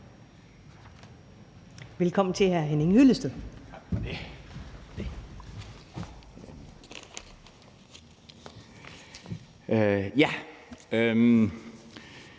Velkommen til hr. Henning Hyllested. Kl.